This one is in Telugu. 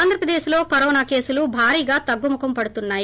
ఆంధ్రప్రదేశ్లో కరోనా కేసులు భారీగా తగ్గుముఖంపడుతున్నాయి